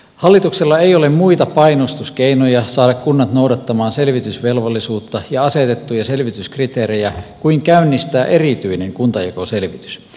hallituksella ei ole muita painostuskeinoja saada kunnat noudattamaan selvitysvelvollisuutta ja asetettuja selvityskriteerejä kuin käynnistää erityinen kuntajakoselvitys